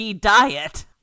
diet